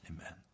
Amen